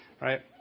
Right